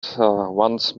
once